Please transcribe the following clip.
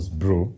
bro